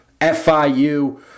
FIU